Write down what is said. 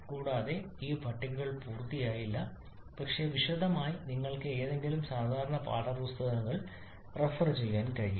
കൂടാതെ ഈ പട്ടികകൾ പൂർത്തിയായില്ല പക്ഷേ വിശദമായി നിങ്ങൾക്ക് ഏതെങ്കിലും സാധാരണ പാഠപുസ്തകങ്ങൾ റഫർ ചെയ്യാൻ കഴിയും